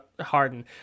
Harden